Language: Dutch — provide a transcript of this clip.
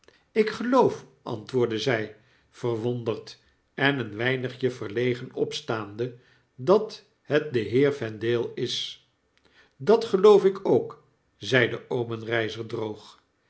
ik geloof antwoordde zy verwonderd en een weinig verlegen opstaande b dat het de heer yendale is dat geloof ik ook zeide obenreizer droog